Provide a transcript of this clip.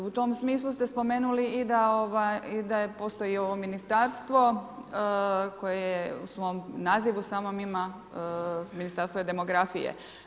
U tom smislu ste spomenuli i da postoji ovo ministarstvo koje u svom nazivu samom ima Ministarstvo je demografije.